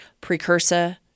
precursor